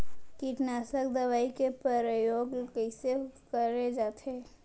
कीटनाशक दवई के प्रयोग कइसे करे जाथे?